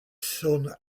son